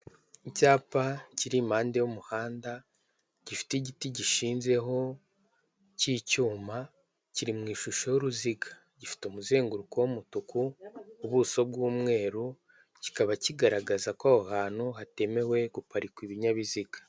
Icyapa kiri impande y'umuhanda gifite igiti gishinzeho cy'icyuma kiri mu ishusho y'uruziga gifite umuzenguruko w'umutuku ubuso bw'umweru kikaba kigaragaza ko aho hantu hatemewe guparika ibinyabiziga.